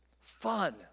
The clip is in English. fun